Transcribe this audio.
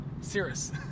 Cirrus